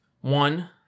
one